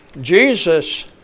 Jesus